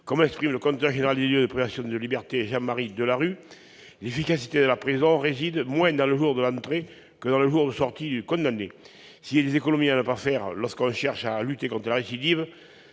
Comme l'exprime le Contrôleur général des lieux de privation de liberté, M. Jean-Marie Delarue, « l'efficacité de la prison réside moins dans le jour de l'entrée que dans le jour de sortie du condamné ». S'il est des économies à ne pas faire lorsque l'on cherche à lutter contre la récidive,